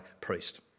priest